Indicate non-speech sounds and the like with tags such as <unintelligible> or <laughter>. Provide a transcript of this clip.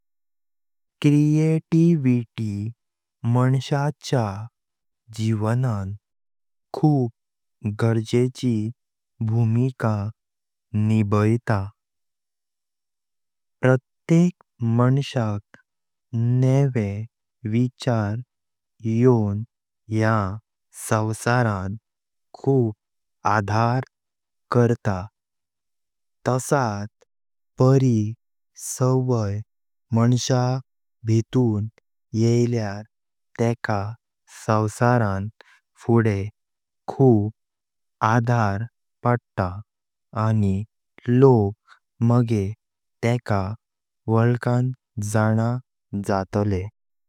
क्रिएटिविटी माणसाच्या जीवन खूप गरजेची भूमिका निभविता। प्रत्येक माणसाक नवे विचार योन या विश्वावर <unintelligible> खूप आधार करता। तसाच बरी सवई माणस्या भीतून येयल्यार तेका विश्वावर <unintelligible> पुढे खूप आधार पडता आणि लोक मागे तेका वळकण जाण जातले।